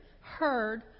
heard